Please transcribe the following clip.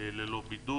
ללא בידוד.